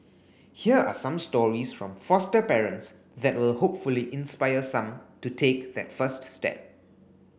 here are some stories from foster parents that will hopefully inspire some to take that first step